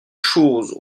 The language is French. choses